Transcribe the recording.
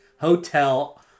hotel